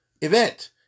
event